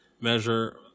measure